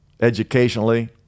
educationally